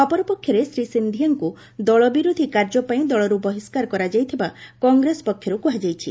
ଅପରପକ୍ଷରେ ଶୀ ସନ୍ଧିଆଙ୍କ ଦଳ ବିରୋଧୀ କାର୍ଯ୍ୟ ପାଇଁ ଦଳର୍ ବହିଷ୍କାର କରାଯାଇଥବା କଂଗେସ ପକ୍ଷର୍ କୁହାଯାଇଛି